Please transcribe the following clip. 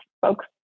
folks